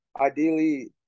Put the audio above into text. ideally